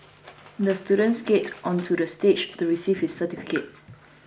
the student skated onto the stage to receive his certificate